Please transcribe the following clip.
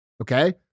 Okay